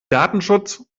datenschutz